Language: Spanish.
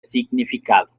significado